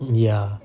ya